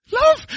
Love